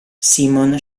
simon